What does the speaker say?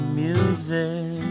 music